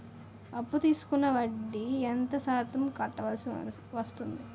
అప్పు తీసుకున్నాక వడ్డీ ఎంత శాతం కట్టవల్సి వస్తుంది?